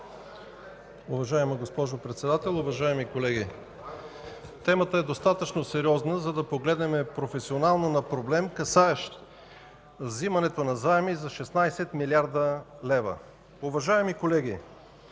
Уважаема госпожо Председател, уважаеми колеги! Темата е достатъчно сериозна, за да погледнем професионално на проблем, касаещ вземането на заеми за 16 млрд. лв. Уважаеми колеги,